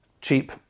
cheap